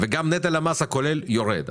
וגם נטל המס הכולל יורד.